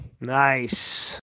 Nice